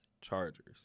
Chargers